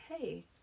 hey